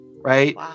right